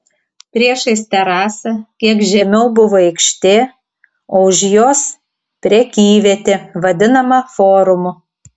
priešais terasą kiek žemiau buvo aikštė o už jos prekyvietė vadinama forumu